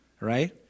right